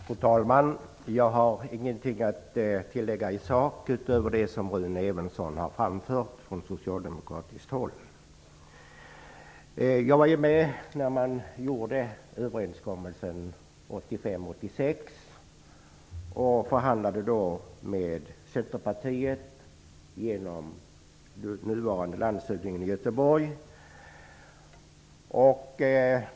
Fru talman! Jag har inget att tillägga i sak till det som framförts från socialdemokratiskt håll av Rune Jag var med när överenskommelsen träffades 1985/86 och förhandlade då med Centerpartiet genom den nuvarande landshövdingen i Göteborg, Kjell Mattsson.